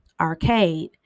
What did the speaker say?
arcade